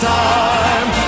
time